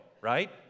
right